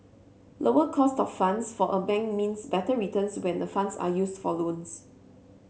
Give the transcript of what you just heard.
lower cost of funds for a bank means better returns when the funds are used for loans